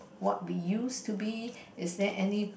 what we used to be is that any